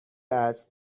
است